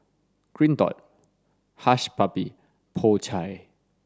Green dot Hush Puppy Po Chai